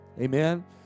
Amen